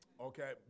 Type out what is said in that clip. Okay